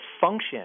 function